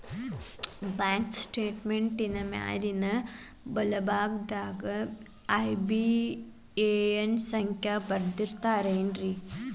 bank ಸ್ಟೇಟ್ಮೆಂಟಿನ್ ಮ್ಯಾಲಿನ್ ಬಲಭಾಗದಾಗ ಐ.ಬಿ.ಎ.ಎನ್ ಸಂಖ್ಯಾ ಸಾಮಾನ್ಯವಾಗಿ ಕಾಣ್ತದ